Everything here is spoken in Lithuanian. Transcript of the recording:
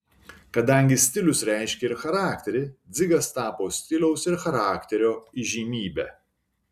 kadangi stilius reiškia ir charakterį dzigas tapo stiliaus ir charakterio įžymybe